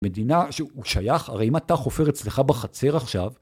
מדינה שהוא שייך, הרי אם אתה חופר אצלך בחצר עכשיו...